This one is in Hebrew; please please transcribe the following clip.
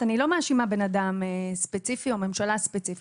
אני לא מאשימה בן אדם ספציפי או ממשלה ספציפית,